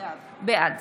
בעד